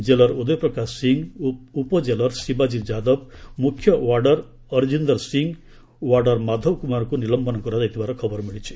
jailer Uday Prakash Singh ଉପଜେଲର୍ ଶିବାଜୀ ଯାଦବ ମୁଖ୍ୟ ଓ୍ୱାର୍ଡର୍ ଅରିଜିନ୍ଦର ସିଂ ଓ ଓ୍ୱାର୍ଡର୍ ମାଧବ କୁମାରଙ୍କୁ ନିଲମ୍ବନ କରାଯାଇଥିବାର ଖବର ମିଳିଛି